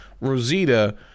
Rosita